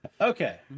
okay